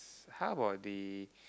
how about the